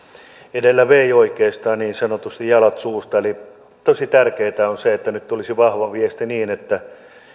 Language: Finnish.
edellä vei oikeastaan niin sanotusti jalat suustani eli tosi tärkeätä on se että nyt tulisi vahva viesti niin että